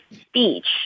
speech